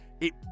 it-